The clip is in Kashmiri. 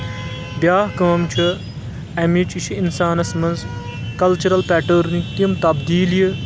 بیاکھ کٲم چھِ امِچ یہِ چھُ اِنسانَس منٛز کلچُرل پیٹٲرنٕکۍ تِم تبدیٖلی یہِ